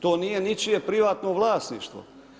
To nije ničije privatno vlasništvo.